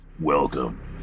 welcome